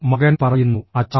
മകൻ പറയുന്നു അച്ഛാ